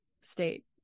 state